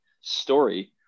story